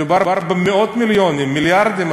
מדובר במאות מיליונים, מיליארדים.